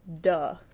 Duh